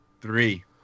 Three